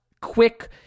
quick